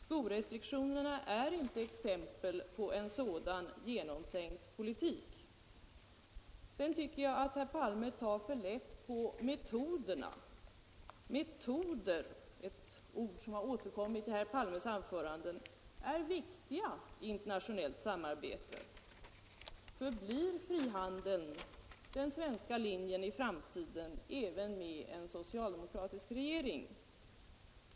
Skorestriktionerna är inte exempel på en sådan genomtänkt politik. Sedan tycker jag att herr Palme tar för lätt på metoderna. Metoder - ett ord som har återkommit i herr Palmes anföranden — är viktiga i internationellt samarbete. Förblir frihandeln den svenska linjen i framtiden även med en socialdemokratisk regering?